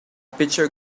pitcher